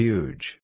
Huge